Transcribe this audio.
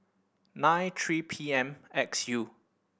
nine three P M X U